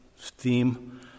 theme